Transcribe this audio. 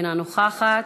אינה נוכחת,